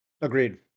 Agreed